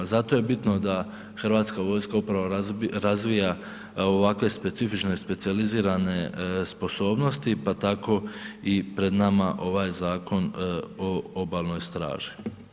Zato je bitno da hrvatska vojska upravo razvija ovakve specifične specijalizirane sposobnosti pa tako i pred nama ovaj Zakon o Obalnoj straži.